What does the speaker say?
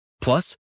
Plus